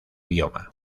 bioma